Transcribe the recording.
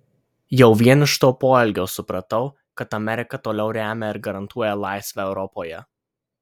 jau vien iš to poelgio supratau kad amerika toliau remia ir garantuoja laisvę europoje